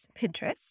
Pinterest